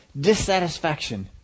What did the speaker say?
Dissatisfaction